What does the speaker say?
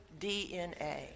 DNA